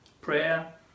prayer